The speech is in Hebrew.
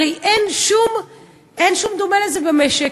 הרי אין שום דומה לזה במשק,